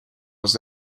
was